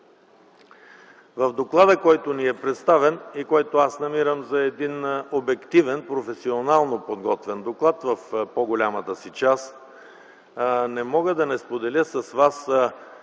Докладът, който ни е представен, аз намирам за един обективен и професионално подготвен в по-голямата му част. Но не мога да не споделя с вас,